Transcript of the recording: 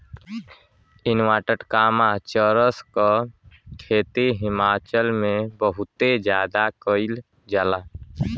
चरस क खेती हिमाचल में बहुते जादा कइल जाला